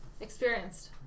Experienced